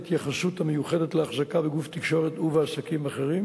ההתייחסות המיוחדת לאחזקה בגוף תקשורת ובעסקים אחרים,